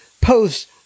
post